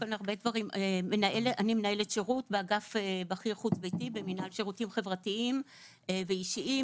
אני מנהלת שרות באגף בכיר חוץ ביתי במינהל שירותים חברתיים ואישיים.